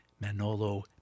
Manolo